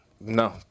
No